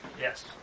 Yes